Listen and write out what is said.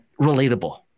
relatable